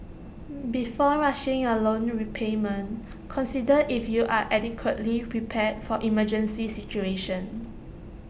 before rushing your loan repayment consider if you are adequately prepared for emergency situations